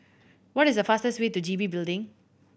what is the fastest way to G B Building